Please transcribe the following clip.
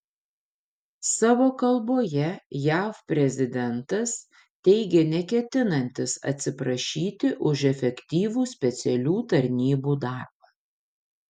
savo kalboje jav prezidentas teigė neketinantis atsiprašyti už efektyvų specialių tarnybų darbą